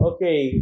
Okay